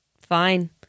Fine